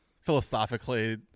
philosophically